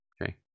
Okay